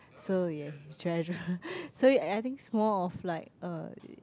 so you have to treasure so I think it's more of like uh